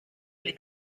oli